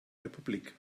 republik